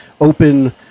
open